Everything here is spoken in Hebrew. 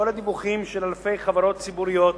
כל הדיווחים של אלפי חברות ציבוריות